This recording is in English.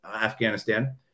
Afghanistan